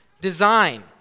design